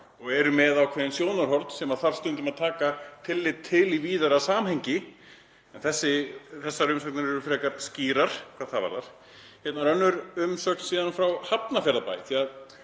og þar eru ákveðin sjónarhorn sem þarf stundum að taka tillit til í víðara samhengi en þessar umsagnir eru frekar skýrar hvað það varðar. Í annarri umsögn frá Hafnarfjarðarbæ